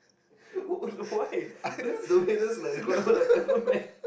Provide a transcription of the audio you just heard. why this is the weirdest like requirement I've ever met